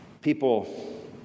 People